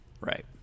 right